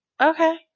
Okay